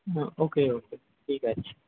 হুম okay okay ঠিক আছে